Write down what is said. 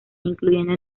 incluyendo